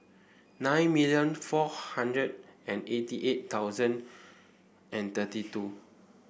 nine million four hundred and eighty eight thousand and thirty two